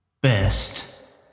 Best